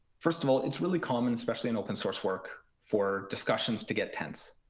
first of all, it's really common, especially in open source work for discussions to get tense.